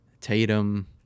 Tatum